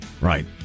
Right